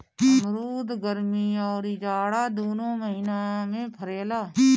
अमरुद गरमी अउरी जाड़ा दूनो महिना में फरेला